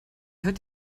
hört